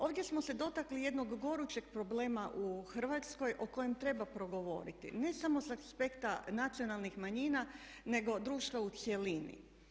Ovdje smo se dotakli jednog gorućeg problema u Hrvatskoj o kojem treba progovoriti ne samo sa aspekta nacionalnih manjina, nego društva u cjelini.